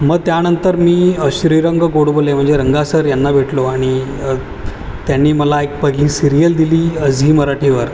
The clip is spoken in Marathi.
मग त्यानंतर मी श्रीरंग गोडबोले म्हणजे रंगा सर यांना भेटलो आणि त्यांनी मला एक पहिली सिरियल दिली झी मराठीवर